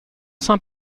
saint